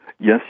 Yes